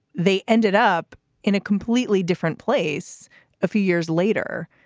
they ended up in a completely different place a few years later.